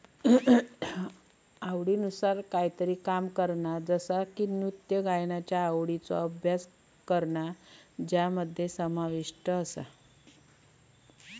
आवडीनुसार कायतरी काम करणा जसा की नृत्य गायनाचा आवडीचो अभ्यास करणा ज्यामध्ये समाविष्ट आसा